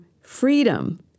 freedom